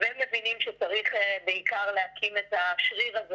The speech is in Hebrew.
ומבינים שצריך בעיקר להקים את השריר הזה